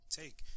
take